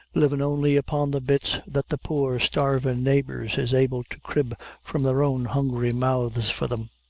livin' only upon the bits that the poor starvin' neighbors is able to crib from their own hungry mouths for them!